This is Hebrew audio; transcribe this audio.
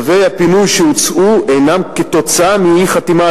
צווי הפינוי שהוצאו הם תוצאה של אי-חתימה